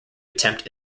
attempt